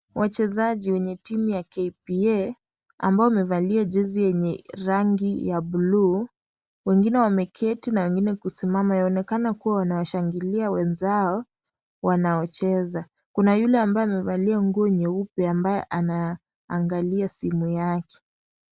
Wachezaji wenye timu ya KPA, ambao wamevalia jezi yenye rangi ya bluu, wengine wameketi na wengine kusimama. Yaonekana kuwa wanawashangilia wenzao wanaocheza. Kuna yule ambaye amevalia nguo nyeupe na anaangalia simu yake.